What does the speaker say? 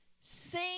sing